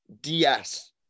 ds